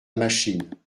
machine